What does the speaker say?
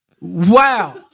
Wow